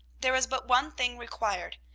there was but one thing required,